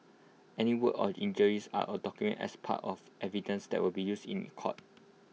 any wounds or injuries are documented as part of evidence that will be used in court